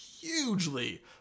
hugely